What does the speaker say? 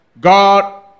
God